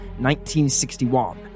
1961